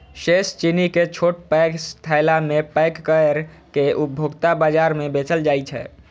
शेष चीनी कें छोट पैघ थैला मे पैक कैर के उपभोक्ता बाजार मे बेचल जाइ छै